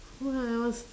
!wah! I was